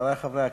חברי חברי הכנסת,